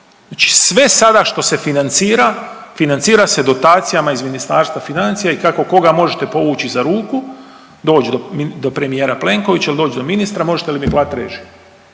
Znači sve sada što se financira financira se dotacijama iz Ministarstva financija i kako koga možete povući za ruku, doć do premijera Plenkovića ili doć do ministra možete li mi platit režije,